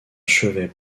chevet